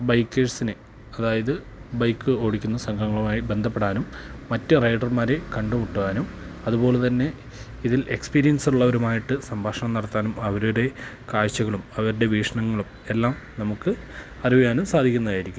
ബൈക്കേഴ്സിനെ അതായത് ബൈക്ക് ഓടിക്കുന്ന സംഘങ്ങളുമായി ബന്ധപ്പെടാനും മറ്റു റൈഡർമാരെ കണ്ടുമുട്ടാനും അതുപോലെ തന്നെ ഇതിൽ എക്സ്പീരിയൻസ് ഉള്ളവരുമായിട്ട് സംഭാഷണം നടത്താനും അവരുടെ കാഴ്ചകളും അവരുടെ വീക്ഷണങ്ങളും എല്ലാം നമുക്ക് അറിയുവാനും സാധിക്കുന്നതായിരിക്കും